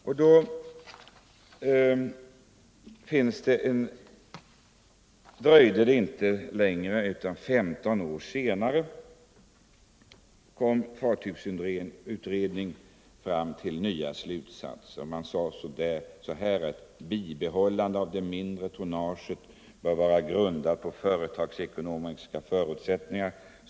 Omkring 1970 — alltså bara 15 år senare —- kom nästa utredning på området till nya slutsatser och sade: ”Ett bibehållande av det mindre tonnaget bör vara grundat på företagsekonomiska förutsättningar.